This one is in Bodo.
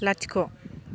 लाथिख'